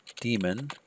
demon